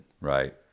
Right